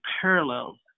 parallels